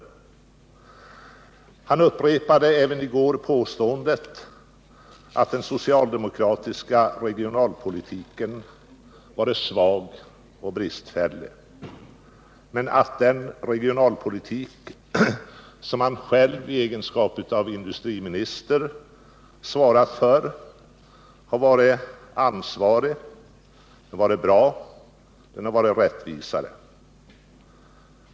Fredagen den Nils Åsling upprepade även i går påståendet att den socialdemokratiska 15 december 1978 regionalpolitiken varit svag och bristfällig men att den regionalpolitik som han själv i egenskap av industriminister svarat för har varit bra, ansvarsfull och mera rättvis.